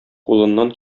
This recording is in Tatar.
кулыннан